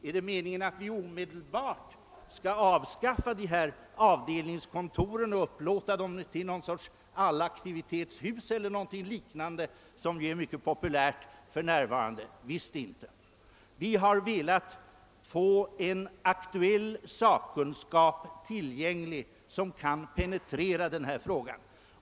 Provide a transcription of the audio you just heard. Är det meningen att avdelningskontoren omedelbart skall avskaffas och lokalerna upplåtas som något slags allaktivitetshus e. d., vilket ju är mycket populärt för närvarande? Visst inte! Vi har velat få tillgång till en aktuell sakkunskap, som kan penetrera den här frågan.